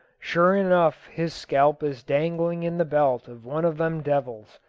sure enough his scalp is dangling in the belt of one of them devils.